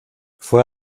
fue